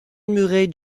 murray